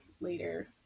later